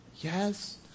Yes